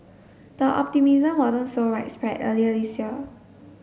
the optimism wasn't so widespread earlier this year